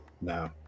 No